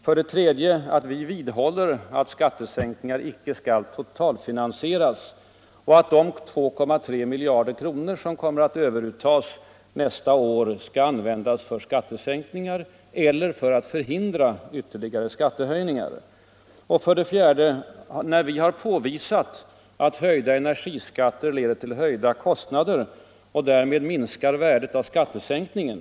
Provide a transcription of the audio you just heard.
För det tredje vidhåller vi att skattesänkningar inte skall totalfinansieras och att de 2,3 miljarder kr. som kommer att överuttagas nästa år skall användas för skattesänkningar eller för att lindra ytterligare skattehöjningar. För det fjärde har vi påvisat att höjda energiskatter leder till ökade kostnader och därmed minskar värdet av skattesänkningen.